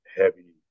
heavy